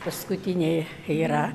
paskutinė yra